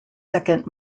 second